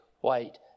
white